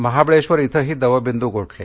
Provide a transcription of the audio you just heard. महाबळेबर इथंही दवबिंदू गोठले